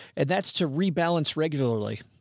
and that's to rebalance regularly.